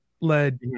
led